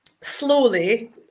Slowly